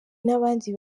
n’abandi